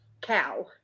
cow